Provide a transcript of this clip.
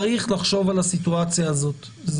צריך לחשוב על הסיטואציה הזאת.